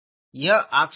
यह आकस्मिक है